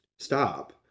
stop